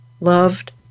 loved